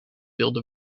wilde